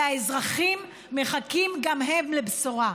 והאזרחים מחכים גם הם לבשורה,